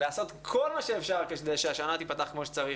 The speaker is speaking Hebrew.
לעשות כל מה שאפשר כדי שהשנה תיפתח כמו שצריך,